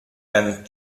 and